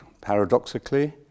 paradoxically